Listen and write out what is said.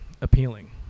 appealing